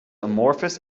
amorphous